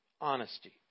honesty